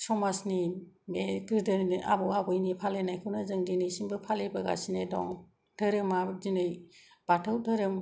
समाजनि बे गोदोनि आबौ आबैनि फालिनायखौनो जों दिनैसिमबो फालिबोगासिनो दं धोरोमा दिनै बाथौ धोरोम